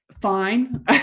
fine